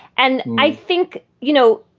and i think, you know,